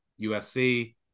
USC